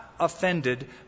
offended